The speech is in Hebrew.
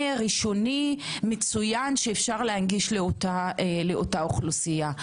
ראשוני מצוין שאפשר להנגיש לאותה אוכלוסייה.